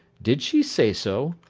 did she say so